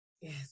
Yes